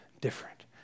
different